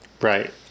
Right